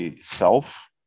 self